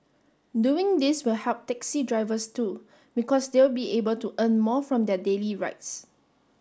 doing this will help taxi drivers too because they'll be able to earn more from their daily rides